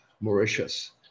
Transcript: Mauritius